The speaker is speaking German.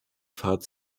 pfad